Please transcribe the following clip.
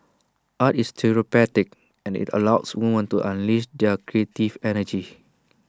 art is therapeutic and IT allows women to unleash their creative energy